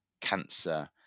cancer